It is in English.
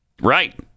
Right